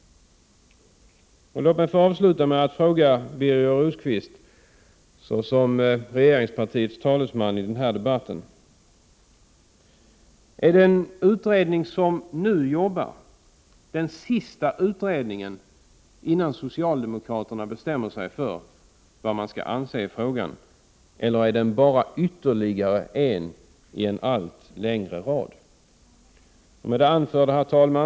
Låt mig avsluta med att fråga Birger Rosqvist i hans egenskap av regeringspartiets talesman i den här debatten: Är den utredning som nu arbetar den sista utredningen, innan socialdemokraterna bestämmer sig för vad man skall anse i frågan, eller är den bara ytterligare en i en allt längre rad av utredningar? Herr talman!